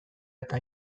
eta